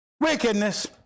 wickedness